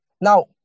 Now